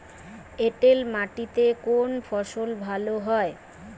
এঁটেল মাটিতে কোন ফসল ভালো হয়?